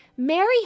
Mary